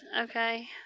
okay